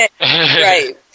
Right